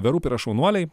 the roop yra šaunuoliai